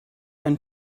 ein